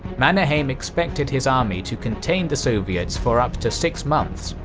mannerheim expected his army to contain the soviets for up to six months,